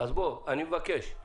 אז, אני מבקש,